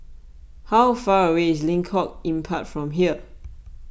how far away is Lengkong Empat from here